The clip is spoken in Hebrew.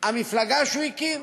המפלגה שהוא הקים,